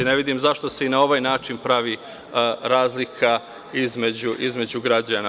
Ne vidim zašto se i na ovaj način pravi razlika između građana.